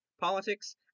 politics